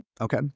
Okay